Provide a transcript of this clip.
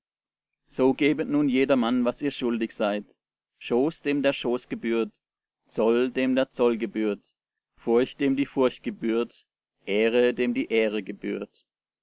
so gebet nun jedermann was ihr schuldig seid schoß dem der schoß gebührt zoll dem der zoll gebührt furcht dem die furcht gebührt ehre dem die ehre gebührt